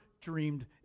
dreamed